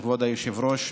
כבוד היושב-ראש,